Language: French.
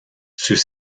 ceux